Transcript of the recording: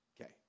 Okay